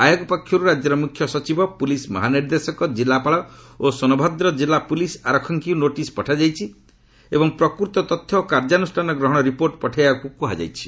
ଆୟୋଗ ପକ୍ଷରୁ ରାଜ୍ୟର ମୁଖ୍ୟ ସଚିବ ପୁଲିସ୍ ମହାନିର୍ଦ୍ଦେଶକ ଜିଲ୍ଲାପାଳ ଓ ସୋନଭଦ୍ର ଜିଲ୍ଲା ପ୍ରଲିସ୍ ଆରକ୍ଷୀଙ୍କ ନୋଟିସ୍ ପଠାଯାଇଛି ଏବଂ ପ୍ରକୃତ ତଥ୍ୟ ଓ କାର୍ଯ୍ୟାନୁଷ୍ଠାନ ଗ୍ରହଣ ରିପୋର୍ଟ ପଠାଇବାପାଇଁ କୁହାଯାଇଛି